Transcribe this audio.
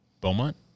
Beaumont